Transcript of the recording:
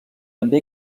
també